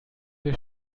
wir